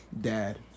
Dad